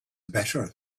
better